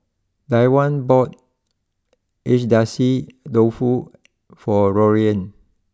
Dione bought Agedashi Dofu for Lorraine